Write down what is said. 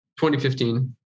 2015